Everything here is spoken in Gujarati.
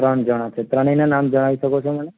ત્રણ જણ છો ત્રણેયનાં નામ જણાવી શકો છો મને